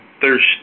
thirsty